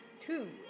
two